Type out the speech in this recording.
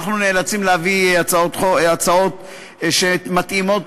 אנחנו נאלצים להביא לחקיקה הצעות שמתאימות